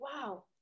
wow